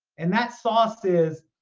and that sauce is,